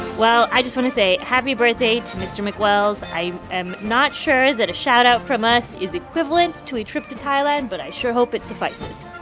well, i just want to say happy birthday to mr. mcwells. i am not sure that a shoutout from us is equivalent to a trip to thailand, but i sure hope it suffices.